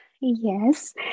yes